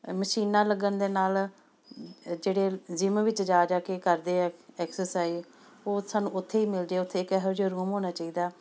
ਮਸ਼ੀਨਾਂ ਲੱਗਣ ਦੇ ਨਾਲ ਜਿਹੜੇ ਜਿੰਮ ਵਿੱਚ ਜਾ ਜਾ ਕੇ ਕਰਦੇ ਆ ਐਕਸਰਸਾਈਜ਼ ਉਹ ਸਾਨੂੰ ਉੱਥੇ ਹੀ ਮਿਲਜੇ ਉੱਥੇ ਇੱਕ ਐਹੋ ਜਿਹਾ ਰੂਮ ਹੋਣਾ ਚਾਹੀਦਾ